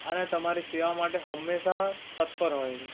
અને તમારી સેવા માટે હંમેશા તત્પર હોય છે